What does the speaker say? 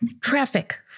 traffic